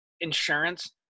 insurance